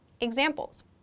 Examples